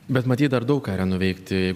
bet matyt dar daug ką yra nuveikti